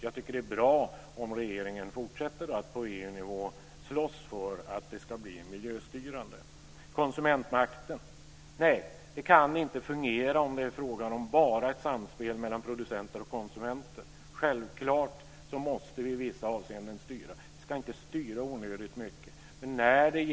Jag tycker att det är bra om regeringen fortsätter att på EU-nivå slåss för att det ska bli miljöstyrande. Konsumentmakten kan inte fungera om det bara är en fråga om samspel mellan producenter och konsumenter. Självfallet måste vi styra i vissa avseenden, men vi ska inte styra onödigt mycket.